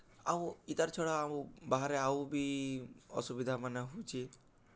ଆଉ ଇତାର୍ ଛଡ଼ା ଆଉ ବାହାରେ ଆଉ ବି ଅସୁବିଧାମାନେ ହେଉଛେ